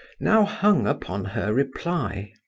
now hung upon her reply.